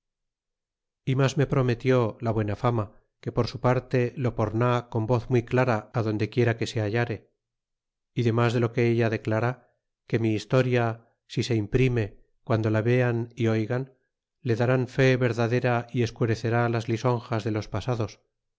y mas me prometió la buena fama que por su parte lo poma con voz muy clara á doquiera que se hallare y demas de lo que ella declara que mi historia si se imprime guando la vean é oyan le darán fe verdadera y escurecerá las lisonjas de los pasados